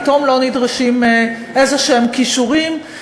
פתאום לא נדרשים כישורים כלשהם,